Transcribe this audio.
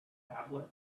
tablet